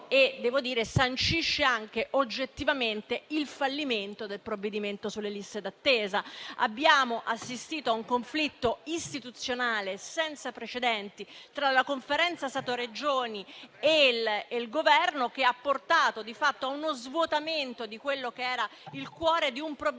che sancisce anche oggettivamente il fallimento del provvedimento sulle liste d'attesa. Abbiamo assistito a un conflitto istituzionale senza precedenti tra la Conferenza Stato-Regioni e il Governo, che ha portato di fatto a uno svuotamento del cuore di un provvedimento